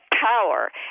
power